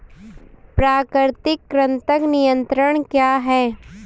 प्राकृतिक कृंतक नियंत्रण क्या है?